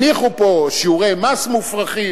הניחו פה שיעורי מס מופרכים.